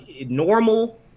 normal